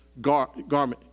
garment